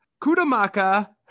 Kudamaka